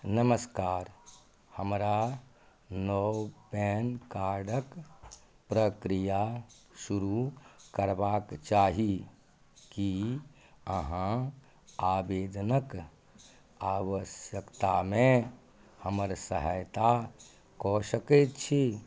नमस्कार हमरा नव पैन कार्डक प्रक्रिया शुरू करबाक चाही की अहाँ आबेदनक आवश्यकतामे हमर सहायता कऽ सकैत छी